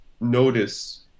notice